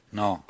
no